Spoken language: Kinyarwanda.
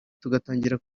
tugatangira